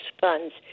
funds